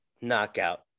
knockout